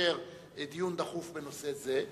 לאשר דיון דחוף בנושא זה,